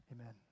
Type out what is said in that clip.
Amen